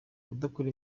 kudakora